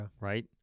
Right